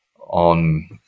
on –